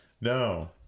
No